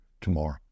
tomorrow